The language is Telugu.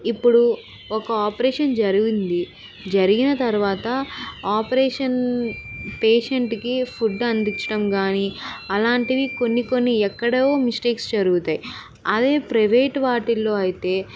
ఇప్పుడు ఒక ఆపరేషన్ జరిగింది జరిగిన తర్వాత ఆపరేషన్ పేషెంట్కి ఫుడ్ అందించడం కానీ అలాంటివి కొన్ని కొన్ని ఎక్కడో మిస్టేక్స్ జరుగుతాయి అదే ప్రైవేట్ వాటిల్లో అయితే